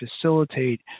facilitate